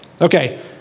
Okay